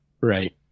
Right